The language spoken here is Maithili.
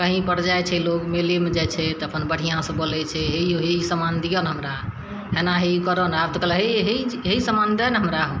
कहींपर जाइ छै लोग मेलेमे जाइ छै तऽ अपन बढ़िआँसँ बोलय छै हे यौ हे ई सामान दिअ ने हमरा हेना ई करू ने आब तऽ कहलक हे हे हे ई सामान दए ने हमरा हउ